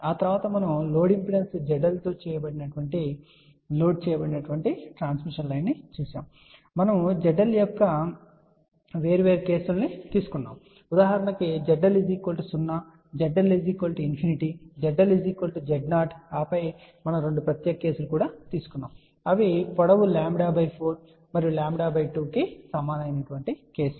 ఆ తరువాత మనము లోడ్ ఇంపిడెన్స్ ZL తో లోడ్ చేయబడిన ట్రాన్స్మిషన్ లైన్ ను చూశాము అప్పుడు మనము ZL యొక్క వేర్వేరు కేసులను తీసుకున్నాము ఉదాహరణకు ZL 0 ZL ∞ZL Z0 ఆపై మనము 2 ప్రత్యేక కేసులను తీసుకున్నాము అవి పొడవు 4 మరియు 2 కి సమానమైన కేసు లు గా పరిగణించాము